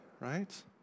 right